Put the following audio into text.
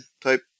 type